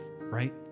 right